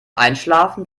einschlafen